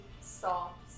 soft